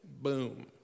boom